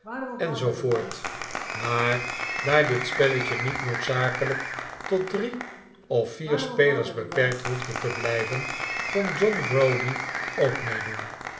voort maar daar dit spelletje niet noodzakelijk tot drie of vier spelers beperkt hoefde te blijven kon john browdie ook meedoen